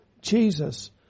Jesus